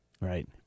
Right